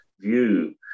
view